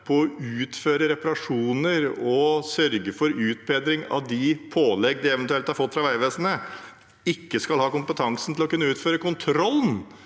til å utføre reparasjoner og sørge for utbedring av de pålegg de eventuelt har fått fra Vegvesenet, ikke skal ha kompetanse til å kunne utføre kontrollen?